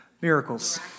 miracles